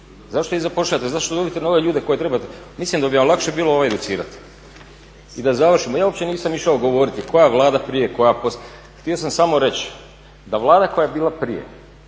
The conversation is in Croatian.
Zašto ih zapošljavate? Zašto dovodite nove ljude koje trebate? Mislim da bi vam lakše bilo ove educirati. I da završim. Ja uopće nisam išao govoriti koja Vlada prije, koja poslije. Htio sam samo reći da Vlada koja je bila prije